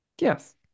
Yes